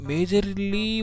Majorly